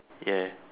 yes